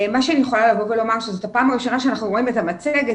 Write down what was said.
אני יכולה לומר שזו הפעם הראשונה שאנחנו רואים את המצגת